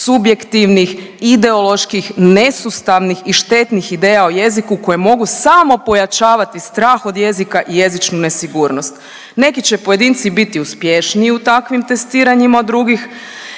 subjektivnih, ideoloških, nesustavnih i štetnih ideja o jeziku koje mogu samo povećavati strah od jezika i jezičnu nesigurnost. Neki će pojedinci biti uspješniji u takvim testiranjima od drugih